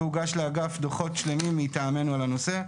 והוגשו לאגף דוחות שלמים מטעמנו על הנושא.